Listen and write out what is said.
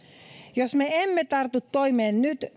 jos me emme tartu toimeen nyt